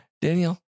Daniel